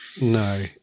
No